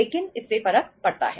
लेकिन इससे फर्क पड़ता है